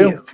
you